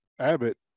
Abbott